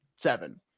seven